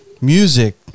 Music